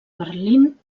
berlín